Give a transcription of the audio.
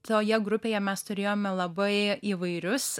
toje grupėje mes turėjome labai įvairius